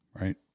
right